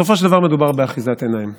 בסופו של דבר מדובר באחיזת עיניים.